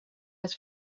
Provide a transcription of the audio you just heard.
het